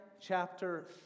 chapter